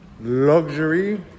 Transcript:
luxury